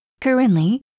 Currently